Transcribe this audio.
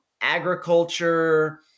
agriculture